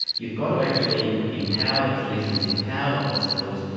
you've got to actually empower the clinicians, empower the hospitals,